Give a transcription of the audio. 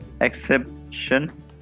exception